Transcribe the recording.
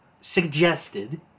suggested